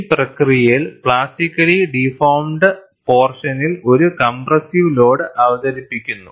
ഈ പ്രക്രിയയിൽ plastically deformed പോർഷനിൽ ഒരു കംപ്രസ്സീവ് ലോഡ് അവതരിപ്പിക്കുന്നു